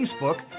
Facebook